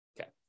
Okay